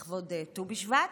לכבוד ט"ו בשבט.